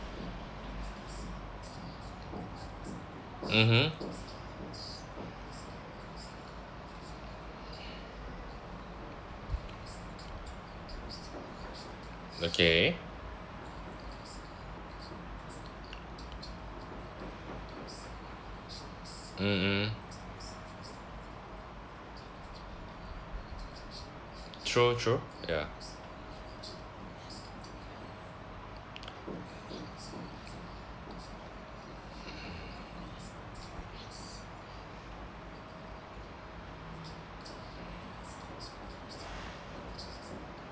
mmhmm okay mmhmm true true ya